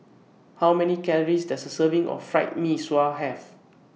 How Many Calories Does A Serving of Fried Mee Sua Have